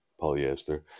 polyester